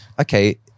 okay